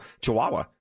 Chihuahua